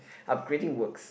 upgrading works